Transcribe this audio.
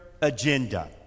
agenda